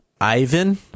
Ivan